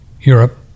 Europe